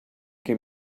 came